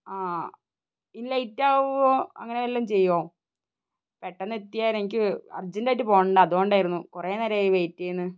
ആ ഇനി ലെയ്റ്റ് ആകുമോ അങ്ങനെ വല്ലതും ചെയ്യുമോ പെട്ടെന്ന് എത്തിയാൽ എനിക്ക് അർജന്റായിട്ട് പോകേണ്ടതാണ് അതുകൊണ്ടായിരുന്നു കുറേ നേരമായി വെയ്റ്റ് ചെയ്യുന്നു